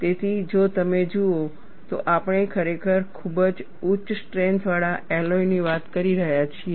તેથી જો તમે જુઓ તો આપણે ખરેખર ખૂબ જ ઉચ્ચ સ્ટ્રેન્થ વાળા એલોયની વાત કરી રહ્યા છીએ